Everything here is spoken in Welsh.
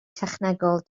technegol